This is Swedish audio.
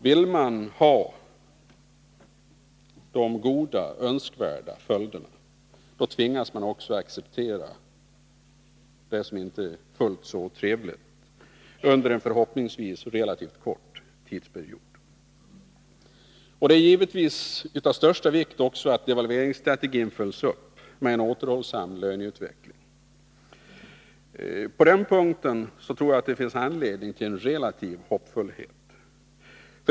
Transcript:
Vill man ha de goda, önskvärda följderna tvingas man också acceptera det som inte är fullt så trevligt under en förhoppningsvis relativt kort tidsperiod. Det är givetvis också av största vikt att devalveringsstrategin följs upp med en återhållsam löneutveckling. På den punkten tror jag att det finns anledning till en relativ hoppfullhet.